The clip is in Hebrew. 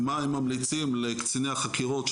ומה הם ממליצים לקציני החקירות,